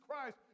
Christ